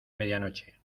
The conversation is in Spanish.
medianoche